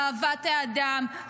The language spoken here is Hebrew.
אהבת האדם,